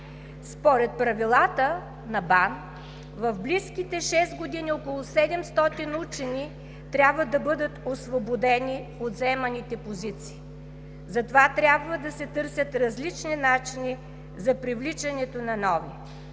Според правилата на БАН в близките 6 години около 700 учени трябва да бъдат освободени от заеманите позиции. Затова трябва да се търсят различни начини за привличането на нови.